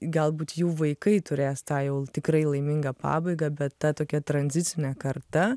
galbūt jų vaikai turės tą jau tikrai laimingą pabaigą bet ta tokia tranzicinė karta